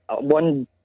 one